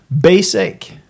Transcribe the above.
basic